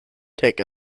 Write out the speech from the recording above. take